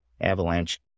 Avalanche